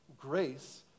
Grace